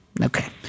Okay